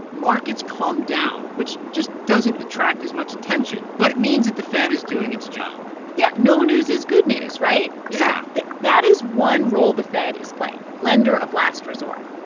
markets calm down, which just doesn't attract as much attention. but it means that the fed is doing its job yeah. no news is good news, right? yeah so but that is one role the fed is playing lender of last resort.